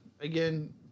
again